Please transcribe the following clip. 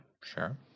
sure